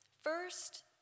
First